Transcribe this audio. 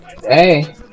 Hey